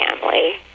family